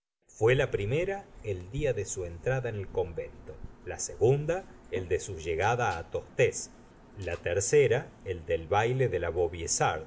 fué la primera el día de su entrada en el convento la segunda el de su llegada tostes la tercera el del baile de la